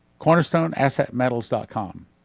CornerstoneAssetMetals.com